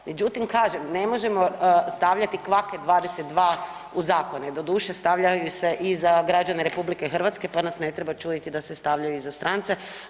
Međutim kažem, ne možemo stavljati kvake 22 u zakone, doduše stavljaju se i za građane RH, pa nas ne treba čuditi da se stavljaju i za strance.